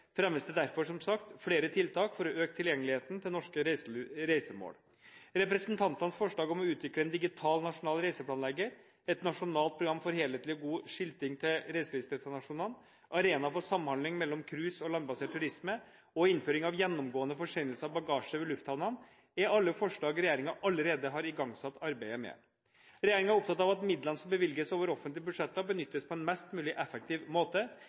fremmes det derfor – som sagt – flere tiltak for å øke tilgjengeligheten til norske reisemål. Representantenes forslag om å utvikle en digital nasjonal reiseplanlegger, et nasjonalt program for helhetlig og god skilting til reiselivsdestinasjonene, arenaer for samhandling mellom cruise og landbasert turisme og innføring av gjennomgående forsendelse av bagasje ved lufthavnene har regjeringen allerede igangsatt arbeidet med. Regjeringen er opptatt av at midlene som bevilges over offentlige budsjetter, benyttes på en mest mulig effektiv måte.